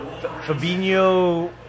Fabinho